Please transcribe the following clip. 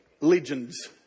legends